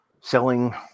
selling